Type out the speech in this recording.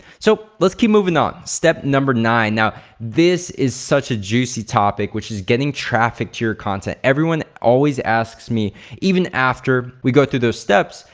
so, let's keep movin' on. step number nine. now, this is such a juicy topic which is getting traffic to your content. everyone always asks me even after we go through those steps,